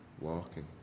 walking